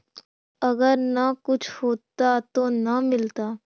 अगर न कुछ होता तो न मिलता?